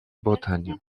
bretagne